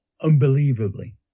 unbelievably